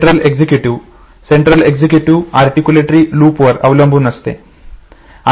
central executive central executive articulatory लुपवर अवलंबून असते